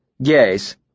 yes